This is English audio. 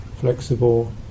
flexible